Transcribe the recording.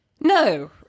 No